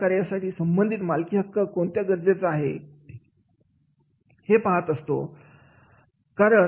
एखाद्या कार्याशी संबंधित मालकीहक्क कोणता गरजेचा आहे हे पाहत असतो